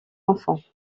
enfants